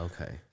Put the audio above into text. Okay